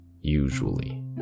usually